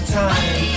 time